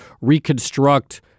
reconstruct